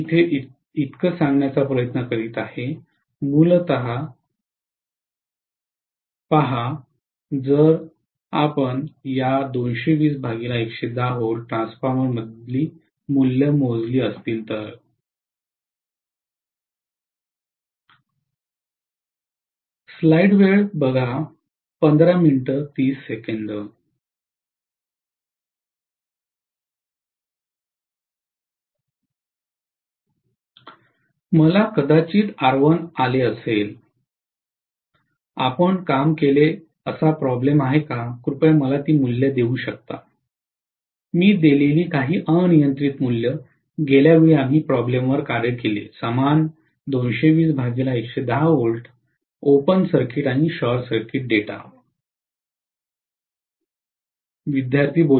मी इतकेच सांगण्याचा प्रयत्न करीत आहे मूलतः पहा जर आपण या V ट्रान्सफॉर्मरमधील मूल्ये मोजली असतील तर मला कदाचित R1 आले असेल आपण काम केले असा प्रॉब्लम आहे का कृपया मला ती मूल्ये देऊ शकता मी दिलेली काही अनियंत्रित मूल्ये गेल्या वेळी आम्ही प्रॉब्लमवर कार्य केले समान V ओपन सर्किट आणि शॉर्ट सर्किट डेटा